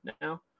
now